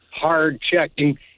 hard-checking